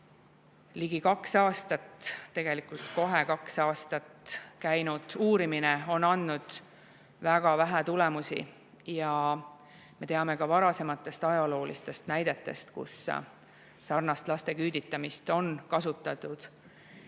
Kahjuks me teame, et ligi kaks aastat käinud uurimine on andnud väga vähe tulemusi. Me teame ka varasematest ajaloolistest näidetest, kus sarnast laste küüditamist on kasutatud.